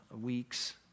weeks